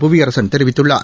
புவியரசன் தெரிவித்துள்ளார்